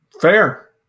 Fair